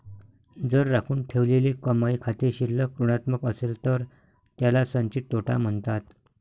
जर राखून ठेवलेली कमाई खाते शिल्लक ऋणात्मक असेल तर त्याला संचित तोटा म्हणतात